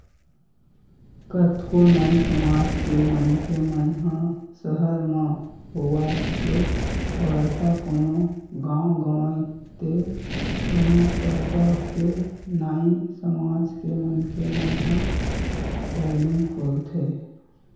कतको नाई समाज के मनखे मन ह सहर म होवय ते बड़का कोनो गाँव गंवई ते कोनो कस्बा के नाई समाज के मनखे मन ह सैलून खोलथे